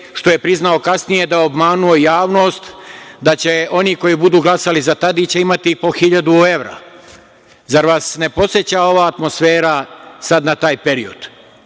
što je priznao kasnije da je obmanuo javnost da će oni koji budu glasali za Tadića imati po 1.000 evra. Zar vas ne podseća ova atmosfera sad na taj period,